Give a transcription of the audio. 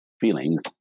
feelings